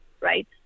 right